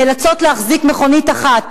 נאלצות להחזיק מכונית אחת,